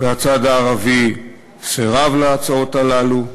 והצד הערבי סירב להצעות הללו.